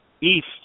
east